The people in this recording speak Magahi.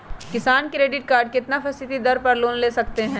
किसान क्रेडिट कार्ड कितना फीसदी दर पर लोन ले सकते हैं?